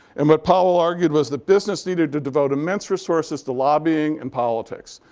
and what powell argued was that business needed to devote immense resources to lobbying and politics.